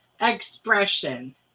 Expression